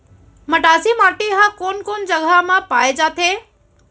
मटासी माटी हा कोन कोन जगह मा पाये जाथे?